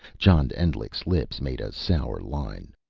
john endlich's lips made a sour line.